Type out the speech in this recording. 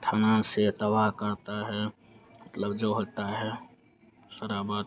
थाना से तवाह करता है मतलब जो होता है सारा बात